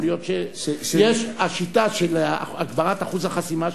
יש השיטה של העלאת אחוז החסימה,